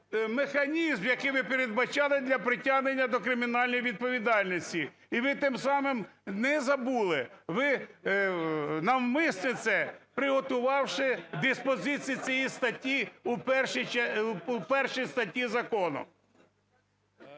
механізм, який ви передбачали для притягнення до кримінальної відповідальності. І ви тим самим не забули, ви навмисне це, приготувавши диспозиції цієї статті у 1-й статті закону.